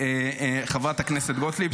חברת הכנסת גוטליב,